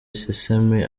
isesemi